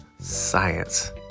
science